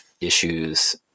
issues